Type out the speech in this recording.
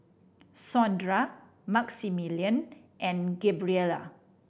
Saundra Maximillian and Gabriela